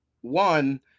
One